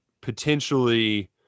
potentially –